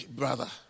brother